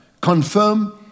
confirm